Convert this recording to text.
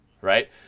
right